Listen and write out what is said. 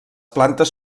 plantes